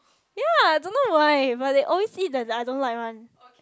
ye I don't know why but they always eat the I don't like one